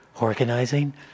organizing